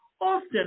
often